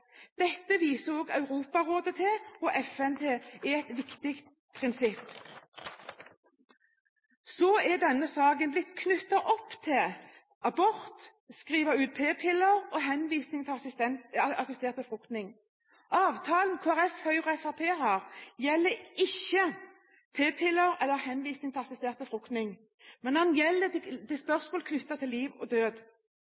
Dette viser også både Europarådet og FN til som et viktig prinsipp. Denne saken har blitt knyttet opp mot abort, det å skrive ut p-piller og henvisning til assistert befruktning. Avtalen som Kristelig Folkeparti, Høyre og Fremskrittspartiet har, gjelder ikke p-piller eller henvisning til assistert befruktning. Den gjelder spørsmål knyttet til